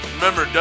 Remember